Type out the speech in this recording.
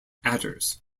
adders